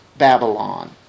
Babylon